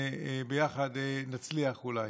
וביחד נצליח, אולי.